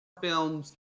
films